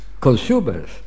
consumers